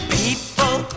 people